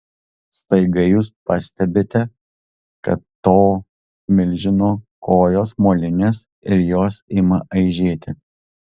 staiga jūs pastebite kad to milžino kojos molinės ir jos ima aižėti